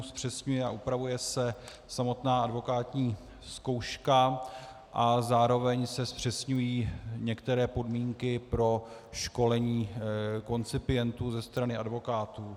Zpřesňuje a upravuje se samotná advokátní zkouška a zároveň se zpřesňují některé podmínky pro školení koncipientů ze strany advokátů.